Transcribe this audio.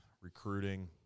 recruiting